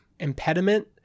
impediment